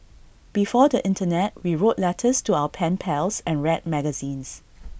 before the Internet we wrote letters to our pen pals and read magazines